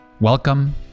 Welcome